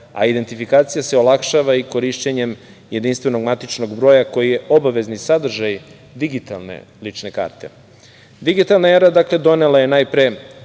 a identifikacija se olakšava i korišćenjem JMBG, koji je obavezni sadržaj digitalne lične karte. Digitalna era, dakle donela je najpre